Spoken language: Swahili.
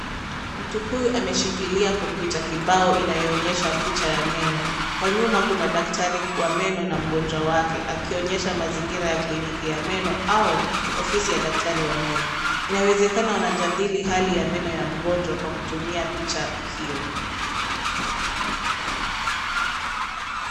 Mtu huyu ameshikilia kompyuta kibao inayoonyesha picha ya meno. Kwa nyuma kuna daktari wa meno na mgonjwa wake akionyesha mazingira ya kliniki ya meno au ofisi ya daktari wa meno. Inawezekana wanajadili hali ya meno ya mgonjwa kwa kutumia picha hiyo.